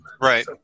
right